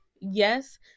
Yes